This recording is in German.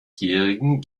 jährigen